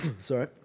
sorry